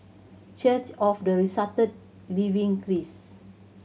Church of the Resurrected Living Christ